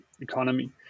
economy